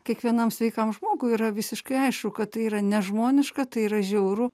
kiekvienam sveikam žmogui yra visiškai aišku kad tai yra nežmoniška tai yra žiauru